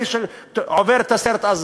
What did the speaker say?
מי שעובר את הסרט אז,